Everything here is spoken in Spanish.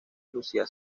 lucia